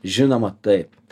žinoma taip